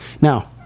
Now